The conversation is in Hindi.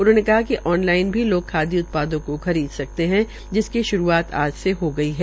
उन्होंने कहा कि ऑन लाइन भी लोग खादी उत्पादों को खरीद सकते है जिसकी श्रूआत आज से हो गई है